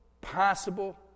possible